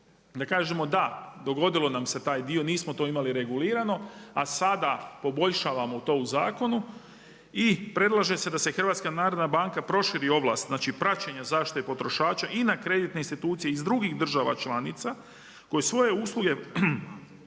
da kažemo da dogodilo nam se taj dio nismo to imali regulirano, a sada poboljšavamo to u zakonu i predlaže se da HNB proširi ovlast praćenja zaštite potrošača i na kreditne institucije iz drugih država članica koje svoje usluge